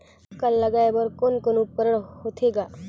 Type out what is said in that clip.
मक्का ला लगाय बर कोने कोने उपकरण होथे ग?